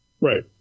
Right